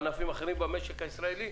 בענפים אחרים במשק הישראלי.